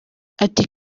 ati